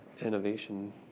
innovation